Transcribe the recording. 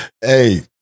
Hey